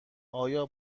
آیا